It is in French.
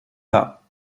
pas